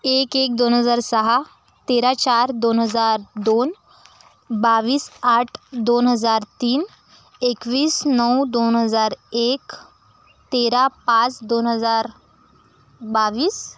एक एक दोन हजार सहा तेरा चार दोन हजार दोन बावीस आठ दोन हजार तीन एकवीस नऊ दोन हजार एक तेरा पाच दोन हजार बावीस